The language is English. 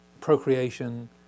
procreation